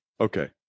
Okay